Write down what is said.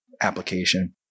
application